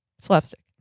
Slapstick